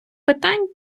питань